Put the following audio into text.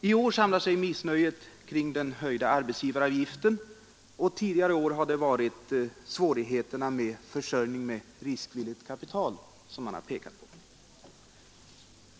I år samlar sig missnöjet kring den höjda arbetsgivaravgiften och tidigare år har man pekat på svårigheterna när det gäller försörjningen med riskvilligt kapital.